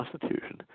Constitution